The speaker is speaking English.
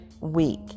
week